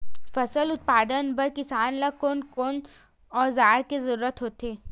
फसल उत्पादन बर किसान ला कोन कोन औजार के जरूरत होथे?